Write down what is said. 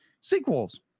sequels